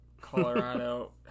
Colorado